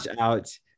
out